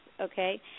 Okay